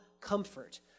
comfort